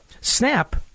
Snap